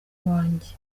iwanjye